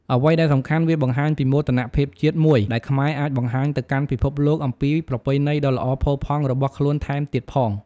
អ្វីដែលសំខាន់ វាបង្ហាញពី មោទនភាពជាតិ មួយដែលខ្មែរអាចបង្ហាញទៅកាន់ពិភពលោកអំពីប្រពៃណីដ៏ល្អផូរផង់របស់ខ្លួនថែមទៀតផង។